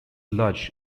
lodge